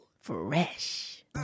Fresh